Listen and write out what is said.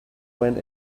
went